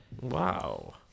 Wow